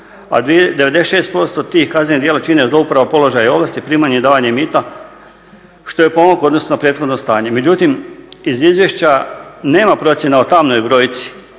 a 96% tih kaznenih djela čine zlouporaba položaja i ovlasti, primanje i davanje mita što je pomak u odnosu na prethodno stanje. Međutim, iz izvješća nema procjena o tamnoj brojci